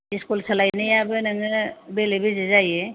school सोलायनायाबो नोङो बेले बेजे जायो